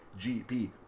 GP